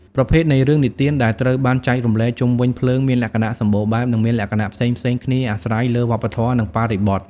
ប្រភេទនៃរឿងនិទានដែលត្រូវបានចែករំលែកជុំវិញភ្លើងមានលក្ខណៈសម្បូរបែប និងមានលក្ខណៈផ្សេងៗគ្នាអាស្រ័យលើវប្បធម៌ និងបរិបទ។